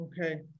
Okay